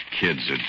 Kids